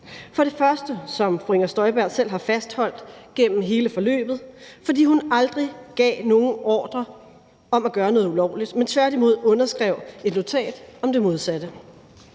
for det første, som fru Inger Støjberg selv har fastholdt gennem hele forløbet, fordi hun aldrig gav nogen ordre om at gøre noget ulovligt, men tværtimod underskrev et notat om det modsatte.